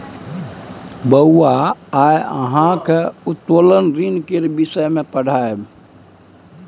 बौआ आय अहाँक उत्तोलन ऋण केर विषय मे पढ़ायब